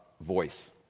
voice